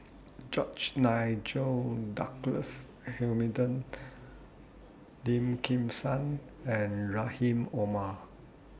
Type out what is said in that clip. George Nigel Douglas Hamilton Lim Kim San and Rahim Omar